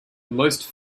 most